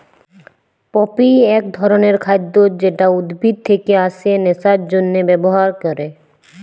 poppy এক ধরণের খাদ্য যেটা উদ্ভিদ থেকে আসে নেশার জন্হে ব্যবহার ক্যরে